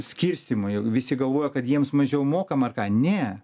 skirstymo jau visi galvoja kad jiems mažiau mokam ar ką ne